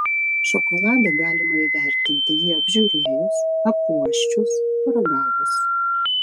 šokoladą galima įvertinti jį apžiūrėjus apuosčius paragavus